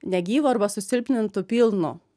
negyvu arba susilpnintu pilnu